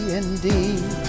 indeed